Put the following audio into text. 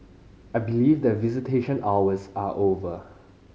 I believe that visitation hours are over